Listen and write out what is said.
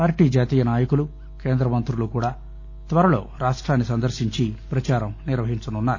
party జాతీయ నాయకులు కేంద్ర మంత్రులు కూడా త్వరలో రాష్ట్రాన్ని సందర్శించి ప్రచారం నిర్వహించనున్నారు